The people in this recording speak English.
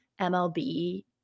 MLB